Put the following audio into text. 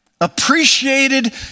appreciated